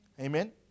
Amen